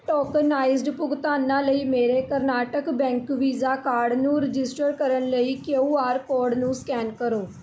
tokenized ਭੁਗਤਾਨਾਂ ਲਈ ਮੇਰੇ ਕਰਨਾਟਕ ਬੈਂਕ ਵੀਜ਼ਾ ਕਾਰਡ ਨੂੰ ਰਜਿਸਟਰ ਕਰਨ ਲਈ ਕਿਊ ਆਰ ਕੋਡ ਨੂੰ ਸਕੈਨ ਕਰੋ